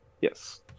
Yes